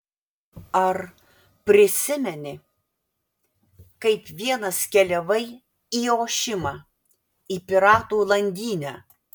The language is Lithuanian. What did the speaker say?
ar prisimeni kaip vienas keliavai į ošimą į piratų landynę